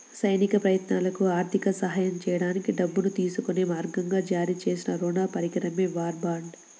సైనిక ప్రయత్నాలకు ఆర్థిక సహాయం చేయడానికి డబ్బును తీసుకునే మార్గంగా జారీ చేసిన రుణ పరికరమే వార్ బాండ్